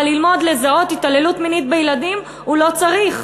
אבל ללמוד לזהות התעללות מינית בילדים הוא לא צריך.